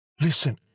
Listen